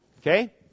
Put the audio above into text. Okay